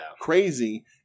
Crazy